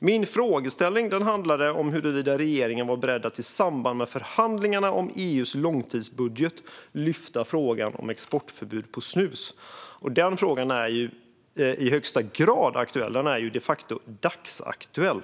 Min frågeställning handlade om huruvida regeringen var beredd att i samband med förhandlingarna om EU:s långtidsbudget lyfta upp frågan om exportförbud för snus. Den frågan är i högsta grad aktuell. Den är de facto dagsaktuell.